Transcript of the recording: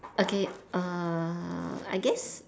okay err I guess